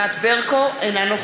של חבר הכנסת אבו מערוף לא התקבלה.